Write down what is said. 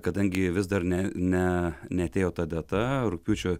kadangi vis dar ne ne neatėjo ta data rugpjūčio